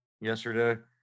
Yesterday